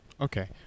Okay